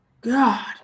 God